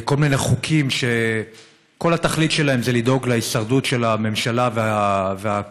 כל מיני חוקים שכל התכלית שלהם זה לדאוג להישרדות של הממשלה והקואליציה,